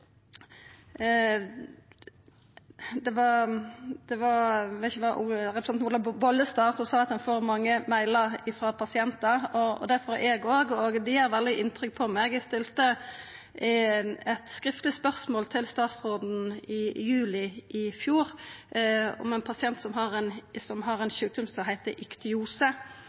det ikkje vert så mykje sal av. Representanten Bollestad sa at ho får mange mailar frå pasientar. Det får eg òg, og dei gjer stort inntrykk på meg. Eg stilte eit skriftleg spørsmål til statsråden i juli i fjor om ein pasient som har ein sjukdom som heiter